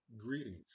Greetings